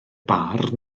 bar